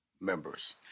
members